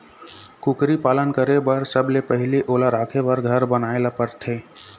कुकरी पालन करे बर सबले पहिली ओला राखे बर घर बनाए ल परथे